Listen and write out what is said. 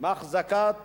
מהחזקת